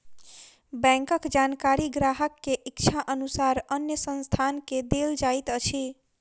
बैंकक जानकारी ग्राहक के इच्छा अनुसार अन्य संस्थान के देल जाइत अछि